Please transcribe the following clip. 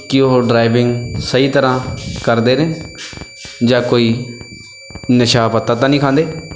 ਕਿ ਉਹ ਡਰਾਈਵਿੰਗ ਸਹੀ ਤਰ੍ਹਾਂ ਕਰਦੇ ਨੇ ਜਾਂ ਕੋਈ ਨਸ਼ਾ ਪੱਤਾ ਤਾਂ ਨਹੀਂ ਖਾਂਦੇ